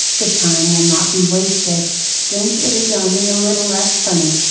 the time will not be wasted, since it is only a little less funny,